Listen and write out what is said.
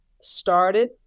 started